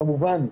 כמובן,